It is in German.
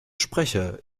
sprecher